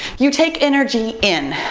you take energy in.